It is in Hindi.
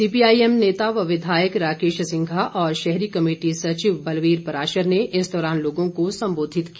सीपीआईएम नेता व विधायक राकेश सिंघा और शहरी कमेटी सचिव बलवीर पराशर ने इस दौरान लोगों को संबोधित किया